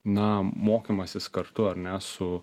na mokymasis kartu ar ne su